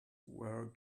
were